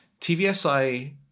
TVSI